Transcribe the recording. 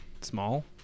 small